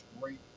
great